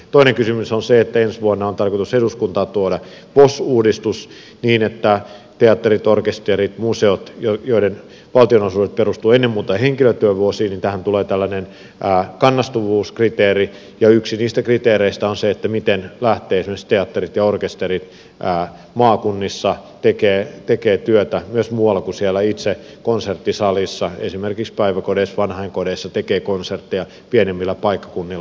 toinen kysymys on se että ensi vuonna on tarkoitus eduskuntaan tuoda vos uudistus niin että kun teattereiden orkesterien museoiden valtionosuudet perustuvat ennen muuta henkilötyövuosiin niin tähän tulee tällainen kannustavuuskriteeri ja yksi kriteereistä on se miten lähtevät esimerkiksi teatterit ja orkesterit maakunnissa tekemään työtä myös muualla kuin siellä itse konserttisalissa tekemään konsertteja esimerkiksi päiväkodeissa vanhainkodeissa pienemmillä paikkakunnilla